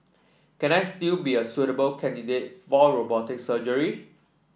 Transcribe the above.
can I still be a suitable candidate for robotic surgery